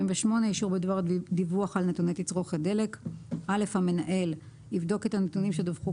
78.אישור בדבר דיווח על נתוני צריכת דלק המנהל יבדוק את הנתונים שדווחו